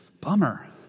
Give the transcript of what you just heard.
bummer